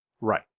Right